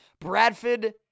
Bradford